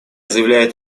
заявляет